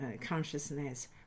consciousness